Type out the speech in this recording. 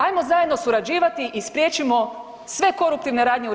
Ajmo zajedno surađivati i spriječimo sve koruptivne radnje u RH.